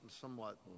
somewhat